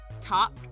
talk